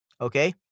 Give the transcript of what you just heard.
okay